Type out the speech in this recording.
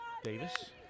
Davis